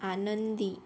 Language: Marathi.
आनंदी